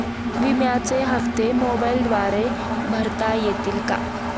विम्याचे हप्ते मोबाइलद्वारे भरता येतील का?